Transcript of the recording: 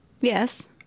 Yes